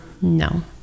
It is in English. no